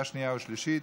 בקריאה שלישית.